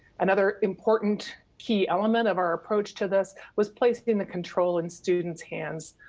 another important key element of our approach to this was placed in the control in students' hands.